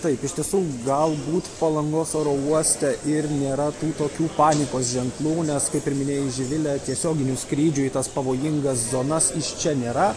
taip iš tiesų galbūt palangos oro uoste ir nėra tokių panikos ženklų nes kaip ir minėjai živile tiesioginių skrydžių į tas pavojingas zonas iš čia nėra